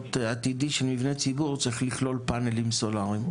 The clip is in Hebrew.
שסטנדרט עתידי של מבנה ציבור צריך לכלול פאנלים סולריים.